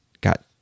got